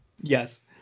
Yes